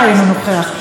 אינו נוכח,